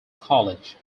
college